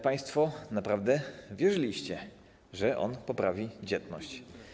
Państwo naprawdę wierzyliście, że on poprawi dzietność.